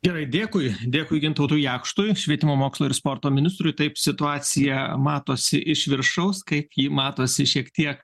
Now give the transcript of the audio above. gerai dėkui dėkui gintautui jakštui ir švietimo mokslo ir sporto ministrui taip situacija matosi iš viršaus kaip ji matosi šiek tiek